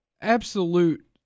absolute